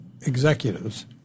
executives